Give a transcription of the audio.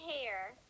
hair